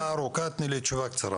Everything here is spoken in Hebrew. יושבת כאן